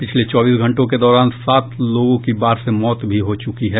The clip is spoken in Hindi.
पिछले चौबीस घंटों के दौरान सात लोगों की बाढ़ से मौत भी हो चुकी है